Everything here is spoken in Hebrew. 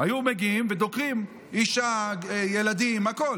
היו מגיעים ודוקרים אישה, ילדים, הכול,